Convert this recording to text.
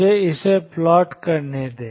मुझे इसे यहाँ प्लॉट करने दें